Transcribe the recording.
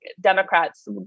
Democrats